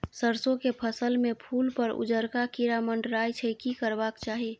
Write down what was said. सरसो के फसल में फूल पर उजरका कीरा मंडराय छै की करबाक चाही?